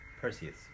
Perseus